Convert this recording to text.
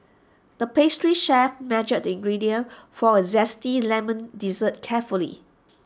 the pastry chef measured the ingredients for A Zesty Lemon Dessert carefully